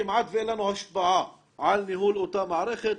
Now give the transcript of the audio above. כמעט ואין לנו השפעה על ניהול אותה מערכת.